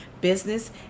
business